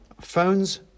phones